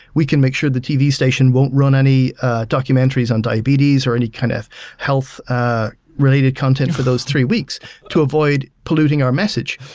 we can make sure the tv station won't run any documentaries on diabetes or any kind of health ah related content for those three weeks to avoid polluting our message.